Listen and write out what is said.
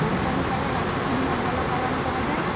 ଓଡ଼ିଶାରେ କାଳେ ରାଖି ପୂର୍ଣ୍ଣମା ଭଲ ପାଳନ କରାଯାଏ